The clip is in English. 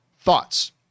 thoughts